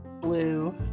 Blue